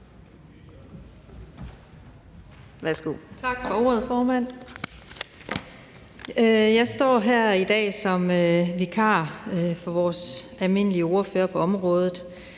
Tak for ordet, formand. Jeg står her i dag som vikar for vores almindelige ordfører på området.